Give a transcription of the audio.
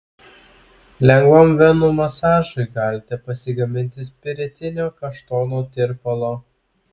lengvam venų masažui galite pasigaminti spiritinio kaštonų tirpalo